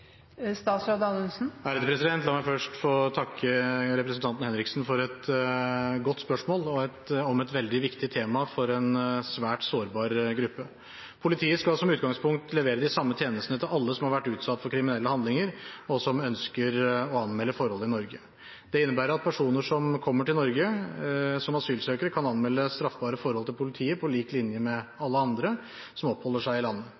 takke representanten Henriksen for et godt spørsmål om et veldig viktig tema for en svært sårbar gruppe. Politiet skal som utgangspunkt levere de samme tjenestene til alle som har vært utsatt for kriminelle handlinger, og som ønsker å anmelde forholdet i Norge. Det innebærer at personer som kommer til Norge som asylsøkere, kan anmelde straffbare forhold til politiet på lik linje med alle andre som oppholder seg i landet.